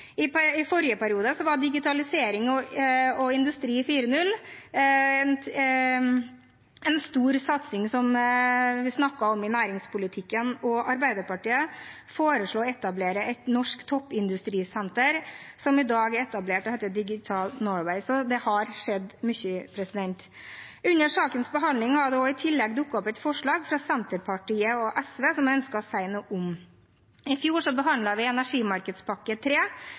helt konkret. I forrige periode var digitalisering og Industri 4.0 en stor satsing som vi snakket om i næringspolitikken, og Arbeiderpartiet foreslo å etablere et norsk toppindustrisenter, som i dag er etablert og heter DigitalNorway, så det har skjedd mye. Under sakens behandling har det i tillegg dukket opp et forslag fra Senterpartiet og SV som jeg ønsker å si noe om. I fjor behandlet vi tredje energimarkedspakke,